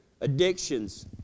addictions